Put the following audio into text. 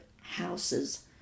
houses